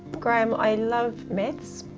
graeme, i love maths,